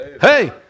Hey